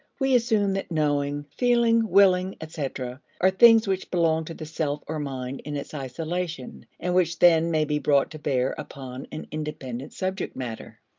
we assume that knowing, feeling, willing, etc, are things which belong to the self or mind in its isolation, and which then may be brought to bear upon an independent subject matter.